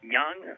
young